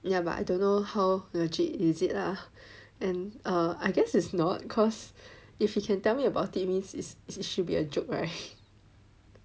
ya but I don't know how legit is it lah and uh I guess is not cause if he can tell me about it means is is it should be a joke right